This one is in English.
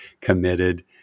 committed